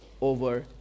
over